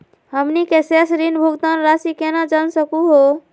हमनी के शेष ऋण भुगतान रासी केना जान सकू हो?